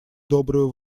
добрую